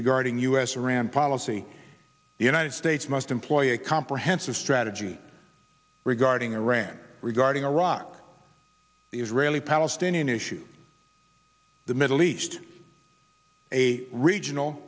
regarding us around policy the united states must employ a comprehensive strategy regarding iran regarding iraq the israeli palestinian issue the middle east a regional